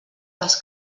les